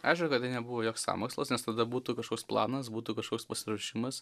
aišku kad tai nebuvo joks sąmokslas nes tada būtų kažkoks planas būtų kažkoks pasiruošimas